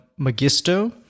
magisto